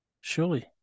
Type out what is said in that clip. surely